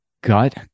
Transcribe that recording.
gut